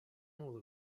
will